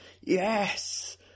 Yes